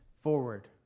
forward